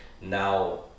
now